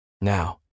Now